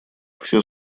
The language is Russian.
все